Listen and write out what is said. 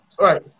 Right